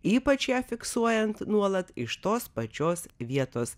ypač ją fiksuojant nuolat iš tos pačios vietos